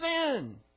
sin